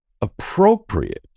appropriate